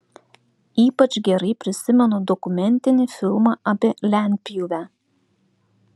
ypač gerai prisimenu dokumentinį filmą apie lentpjūvę